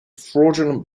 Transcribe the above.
fraudulent